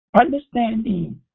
understanding